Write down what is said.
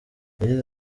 yagize